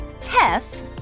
test